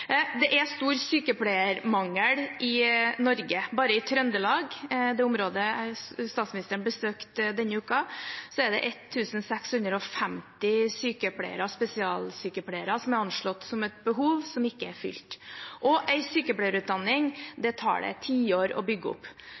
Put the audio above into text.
Det er stor sykepleiermangel i Norge. Bare i Trøndelag, i det området statsministeren besøkte denne uken, er det anslått et behov på 1 650 sykepleiere og spesialsykepleiere som ikke er fylt – og en sykepleierutdanning tar tiår å bygge opp.